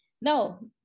no